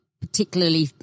particularly